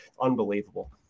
unbelievable